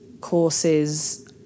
courses